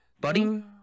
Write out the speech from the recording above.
Buddy